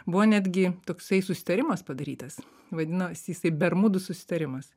buvo netgi toksai susitarimas padarytas vadinosi jisai bermudų susitarimas